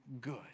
good